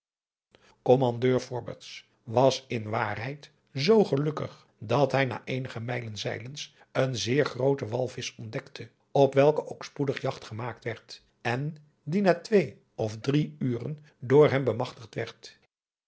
fobberts was in waarheid zoo gelukkig dat hij na eenige mijlen zeilens een zeer grooten walvisch ontdekte op welken ook spoedig jagt gemaakt werd en die na twee of drie uren door hem bemagtigd